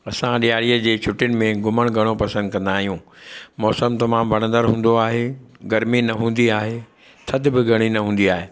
असां ॾियारीअ जी छुटियुनि में घुमण घणो पसंदि कंदा आहियूं मौसमु तमामु वणंदणु हूंदो आहे गर्मी न हूंदी आहे थधि बि घणी न हूंदी आहे